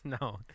No